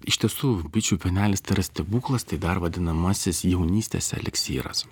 iš tiesų bičių pienelis tai yra stebuklas tai dar vadinamasis jaunystės eliksyras